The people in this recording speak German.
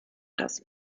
das